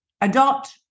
adopt